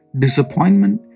disappointment